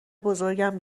بزرگم